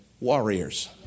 warriors